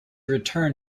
return